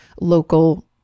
local